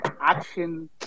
action